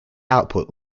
output